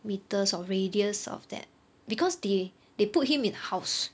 metres or radius of that because they they put him in a house